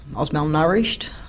ah was malnourished.